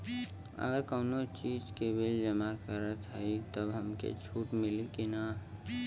अगर कउनो चीज़ के बिल जमा करत हई तब हमके छूट मिली कि ना?